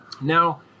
Now